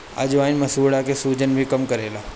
अजवाईन मसूड़ा के सुजन भी कम करेला